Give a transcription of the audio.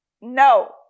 No